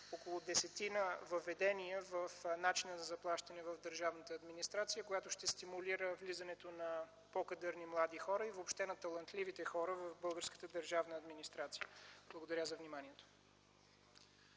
около десетина въведения в начина на заплащане в държавната администрация, която ще стимулира влизането на по-кадърни млади хора и въобще на талантливите хора в българската държавна администрация. Благодаря за вниманието.